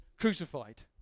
crucified